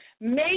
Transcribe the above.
Make